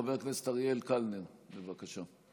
חבר הכנסת אריאל קלנר, בבקשה.